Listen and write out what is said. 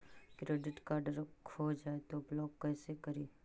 Credit card खो जाए तो ब्लॉक कैसे करी?